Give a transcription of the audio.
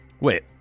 Wait